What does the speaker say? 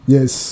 Yes